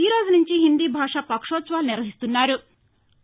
ఈ రోజు నుంచి హిందీ భాషా పక్షోత్సవాలు నిర్వహిస్తున్నారు